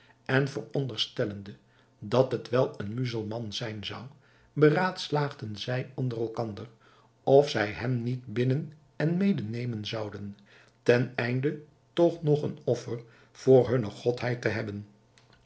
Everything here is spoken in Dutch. en veronderstellende dat het wel een muzelman zijn zou beraadslaagden zij onder elkander of zij hem niet binden en mede nemen zouden teneinde toch nog een offer voor hunne godheid te hebben